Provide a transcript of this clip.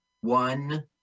one